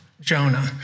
Jonah